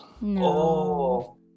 No